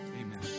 amen